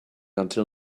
until